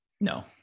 no